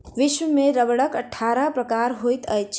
विश्व में रबड़क अट्ठारह प्रकार होइत अछि